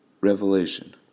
revelation